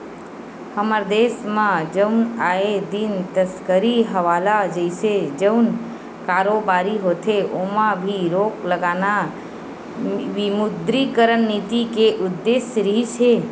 हमर देस म जउन आए दिन तस्करी हवाला जइसे जउन कारोबारी होथे ओमा भी रोक लगाना विमुद्रीकरन नीति के उद्देश्य रिहिस हे